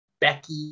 Becky